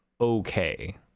okay